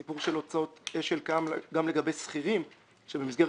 סיפור של הוצאות אש"ל קיים גם לגבי שכירים שבמסגרת